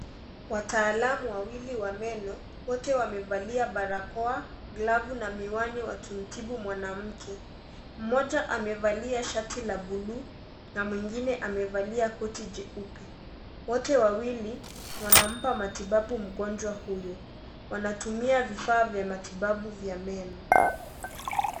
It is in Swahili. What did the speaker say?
Wataalamu wawili wa meno wote wamevalia barakoa, glovu na miwani wakimtibu mwanamke, moja amevalia shati la blue na mwingine amevalia koti jeupe, wote wawili wanampa matibabu mgonjwa huyo wanatumia vifaa vya matibabu vya meno.